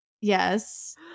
Yes